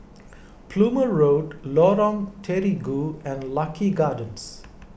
Plumer Road Lorong Terigu and Lucky Gardens